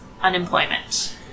unemployment